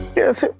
yes,